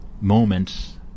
moments